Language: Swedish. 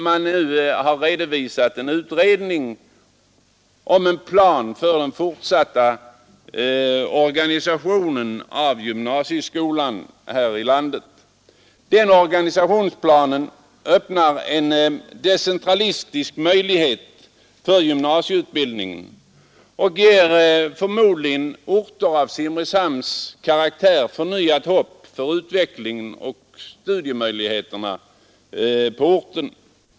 Man har redovisat en utredning om en plan för den fortsatta organisationen av gymnasieskolan här i landet. Denna organisationsplan öppnar en möjlighet till decentralisering av gymnasieutbildningen och ger förmodligen samhällen av Simrishamns karaktär förnyat hopp för utvecklingen av studiemöjligheterna på orten.